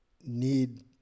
need